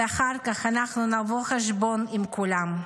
ואחר כך אנחנו נבוא חשבון עם כולם.